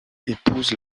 épouse